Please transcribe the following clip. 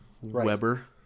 Weber